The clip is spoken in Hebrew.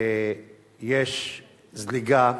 ויש זליגה,